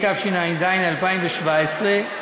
התשע"ז 2017,